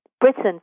Britain